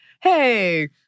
hey